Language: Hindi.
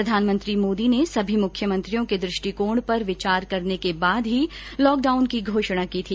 प्रधानमंत्री मोदी ने सभी मुख्यमंत्रियों के दृष्टिकोण पर विचार करने के बाद ही लॉकडाउन की घोषणा की थी